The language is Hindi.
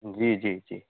जी जी जी